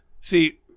See